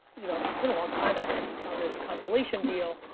you know it's been a long time on this on this constellation deal,